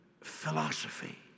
philosophy